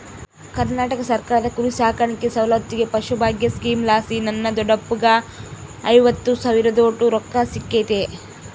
ಕರ್ನಾಟಕ ಸರ್ಕಾರದ ಕುರಿಸಾಕಾಣಿಕೆ ಸೌಲತ್ತಿಗೆ ಪಶುಭಾಗ್ಯ ಸ್ಕೀಮಲಾಸಿ ನನ್ನ ದೊಡ್ಡಪ್ಪಗ್ಗ ಐವತ್ತು ಸಾವಿರದೋಟು ರೊಕ್ಕ ಸಿಕ್ಕತೆ